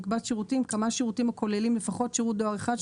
"מקבץ שירותים" - כמה שירותים הכוללים לפחות שירות דואר אחד,